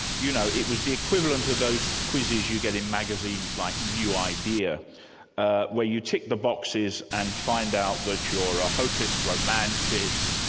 you know, it was the equivalent of those quizzes you get in magazines like new idea where you tick the boxes and find out that you're a hopeless romantic,